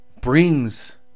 brings